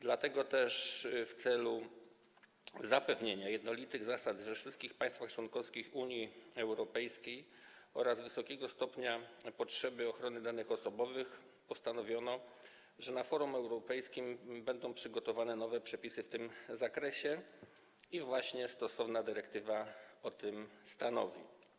Dlatego też w celu zapewnienia jednolitych zasad we wszystkich państwach członkowskich Unii Europejskiej oraz wobec wysokiego stopnia potrzeby ochrony danych osobowych postanowiono, że na forum europejskim zostaną przygotowane nowe przepisy w tym zakresie, i właśnie stosowna dyrektywa o tym stanowi.